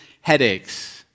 headaches